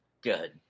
Good